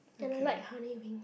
and I like honey wings